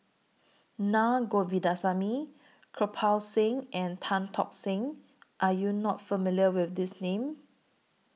Na Govindasamy Kirpal Singh and Tan Tock San Are YOU not familiar with These Names